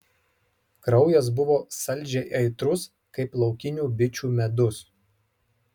kraujas buvo saldžiai aitrus kaip laukinių bičių medus